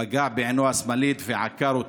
פגע בעינו השמאלית ועקר אותה.